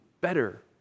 better